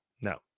No